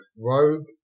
Rogue